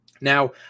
Now